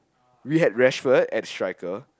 we had Rashford as striker